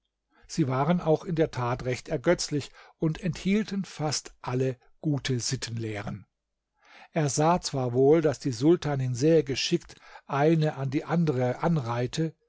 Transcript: sie waren auch in der tat recht ergötzlich und enthielten fast alle gute sittenlehren er sah zwar wohl daß die sultanin sehr geschickt eine an die andere anreihte